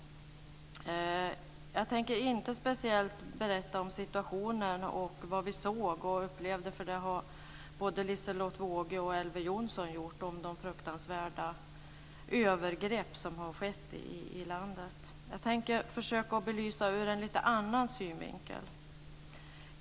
Jag tänker inte speciellt berätta om situationen och vad vi såg och upplevde. Både Liselotte Wågö och Elver Jonsson har talat om de fruktansvärda övergrepp som har skett i landet. Jag vill försöka belysa det ur en lite annan synvinkel.